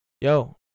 yo